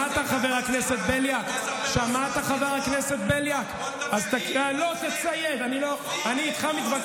אם אתה לא מתחנף